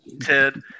Ted